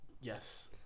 yes